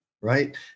right